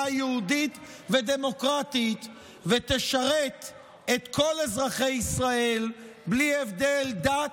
יהודית ודמוקרטית ותשרת את כל אזרחי ישראל בלי הבדל דת,